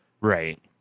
Right